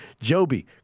Joby